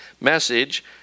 message